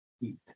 eat